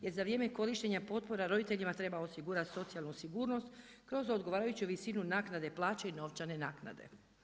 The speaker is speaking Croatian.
Jer za vrijeme korištenja potpora roditeljima treba osigurati socijalnu sigurnost kroz odgovarajuću visinu naknade plaće i novčane naknade.